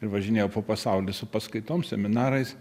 ir važinėjau po pasaulį su paskaitom seminarais